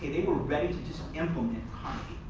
they were ready to just implement and